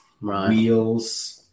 wheels